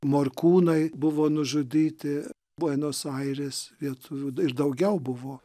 morkūnai buvo nužudyti buenos airės lietuvių ir daugiau buvo